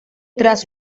tras